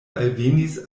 alvenis